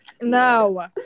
No